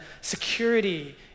security